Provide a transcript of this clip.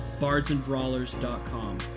bardsandbrawlers.com